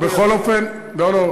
לא, לא.